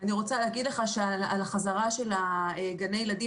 אני רוצה הגיד לך על החזרה של גני ילדים,